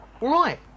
right